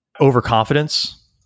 overconfidence